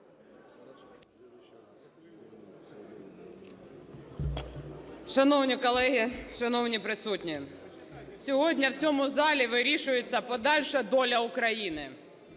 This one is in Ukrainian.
Шановні колеги, шановні присутні! Сьогодні в цьому залі вирішується подальша доля України.